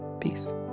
Peace